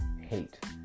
hate